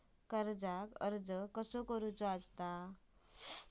कर्जाक अर्ज कसा करुचा?